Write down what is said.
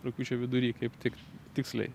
rugpjūčio vidury kaip tik tiksliai